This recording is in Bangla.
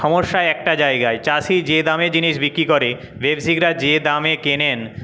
সমস্যা একটা জায়গায় চাষি যে দামে জিনিস বিক্রি করে ব্যবসায়িকরা যে দামে কেনেন ব্যবসায়িক